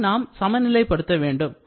இதனை நாம் சமநிலைப்படுத்த வேண்டும்